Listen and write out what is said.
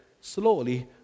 slowly